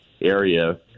area